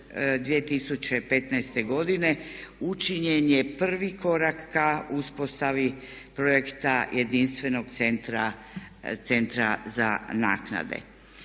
2015. godine učinjen je prvi korak ka uspostavi projekta jedinstvenog centra za naknade.